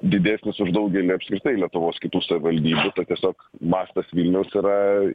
didesnis už daugelį apskritai lietuvos kitų savivaldybių tai tiesiog mastas vilniaus yra